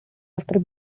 after